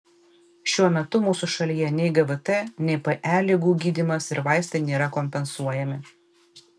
šiuo metu mūsų šalyje nei gvt nei pe ligų gydymas ir vaistai nėra kompensuojami